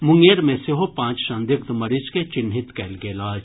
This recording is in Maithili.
मुंगेर मे सेहो पांच संदिग्ध मरीज के चिन्हित कयल गेल अछि